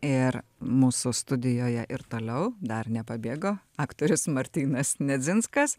ir mūsų studijoje ir toliau dar nepabėgo aktorius martynas nedzinskas